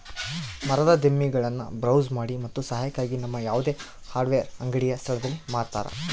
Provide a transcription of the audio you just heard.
ಮರದ ದಿಮ್ಮಿಗುಳ್ನ ಬ್ರೌಸ್ ಮಾಡಿ ಮತ್ತು ಸಹಾಯಕ್ಕಾಗಿ ನಮ್ಮ ಯಾವುದೇ ಹಾರ್ಡ್ವೇರ್ ಅಂಗಡಿಯ ಸ್ಥಳದಲ್ಲಿ ಮಾರತರ